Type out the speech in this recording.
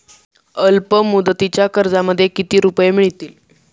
अल्पमुदतीच्या कर्जामध्ये किती रुपये मिळतील?